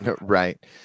Right